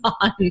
on